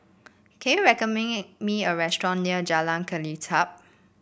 can you recommend me a restaurant near Jalan Kelichap